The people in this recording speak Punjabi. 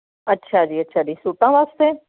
ਅੱਛਾ ਜੀ ਅੱਛਾ ਜੀ ਸੂਟਾ ਵਾਸਤੇ